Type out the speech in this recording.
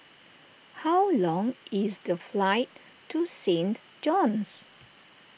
how long is the flight to Saint John's